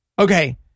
Okay